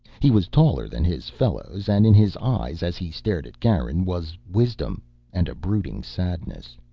he was taller than his fellows, and in his eyes, as he stared at garin, was wisdom and a brooding sadness.